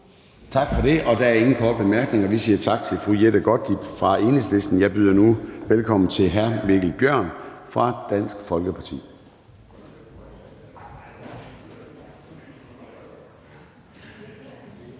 Tak for det. Der er ingen korte bemærkninger. Vi siger tak til fru Jette Gottlieb fra Enhedslisten. Jeg byder nu velkommen til hr. Mikkel Bjørn fra Dansk Folkeparti.